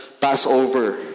Passover